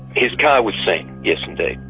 his car was seen, yes indeed,